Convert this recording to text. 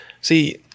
see